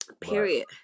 Period